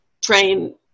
train